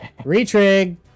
Retrig